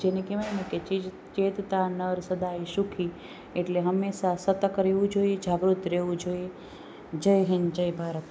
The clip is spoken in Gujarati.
જેને કહેવાય ને ચેતતા નર સદાય સુખી એટલે હંમેશાં સતર્ક રહેવું જોઈએ જાગૃત રહેવું જોઈએ જય હિંદ જય ભારત